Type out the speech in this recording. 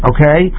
Okay